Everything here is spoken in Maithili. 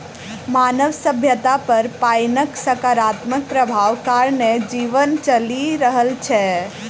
मानव सभ्यता पर पाइनक सकारात्मक प्रभाव कारणेँ जीवन चलि रहल छै